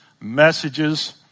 messages